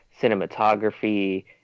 cinematography